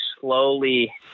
slowly